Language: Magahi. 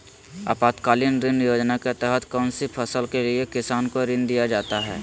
आपातकालीन ऋण योजना के तहत कौन सी फसल के लिए किसान को ऋण दीया जाता है?